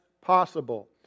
possible